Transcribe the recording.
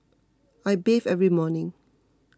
I bathe every morning